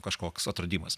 kažkoks atradimas